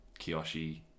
Kiyoshi